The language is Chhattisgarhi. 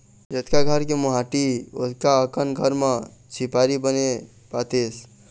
जतका घर के मोहाटी ओतका अकन घर म झिपारी बने पातेस